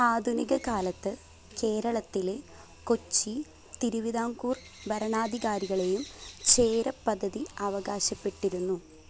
ആധുനിക കാലത്ത് കേരളത്തിലെ കൊച്ചി തിരുവിതാംകൂർ ഭരണാധികാരികളെയും ചേര പദവി അവകാശപ്പെട്ടിരുന്നു